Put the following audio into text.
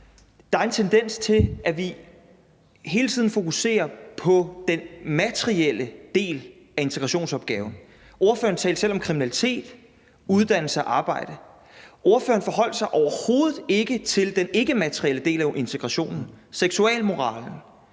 Der er en tendens til, at vi hele tiden fokuserer på den materielle del af integrationsopgaven. Ordføreren talte selv om kriminalitet, uddannelse og arbejde. Ordføreren forholdt sig overhovedet ikke til den ikkematerielle del af integrationen: seksualmoralen;